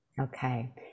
Okay